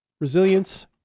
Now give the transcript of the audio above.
resilience